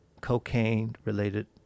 cocaine-related